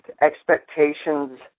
expectations